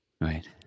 Right